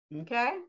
Okay